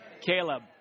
Caleb